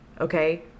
okay